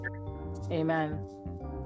Amen